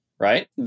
right